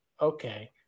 Okay